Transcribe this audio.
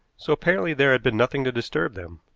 so apparently there had been nothing to disturb them.